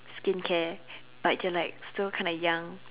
skincare but you're like still kind of young